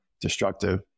destructive